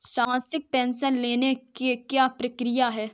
मासिक पेंशन लेने की क्या प्रक्रिया है?